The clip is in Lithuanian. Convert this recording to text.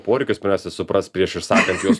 poreikius pirmiausia suprask prieš išsakant juos